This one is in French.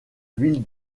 ville